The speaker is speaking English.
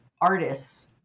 artists